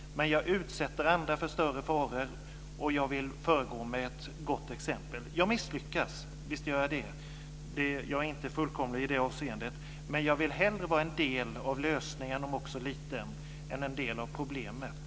Men jag utsätter i så fall andra för större faror, och jag vill föregå med ett gott exempel. Jag misslyckas - visst gör jag det. Jag är inte fullkomlig i det avseendet. Men jag vill hellre vara en del av lösningen - om också liten - än en del av problemet.